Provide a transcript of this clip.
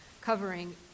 covering